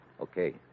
okay